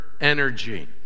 energy